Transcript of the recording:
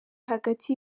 hagati